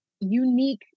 unique